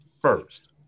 first